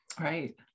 Right